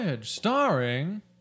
Starring